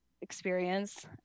experience